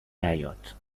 نیاد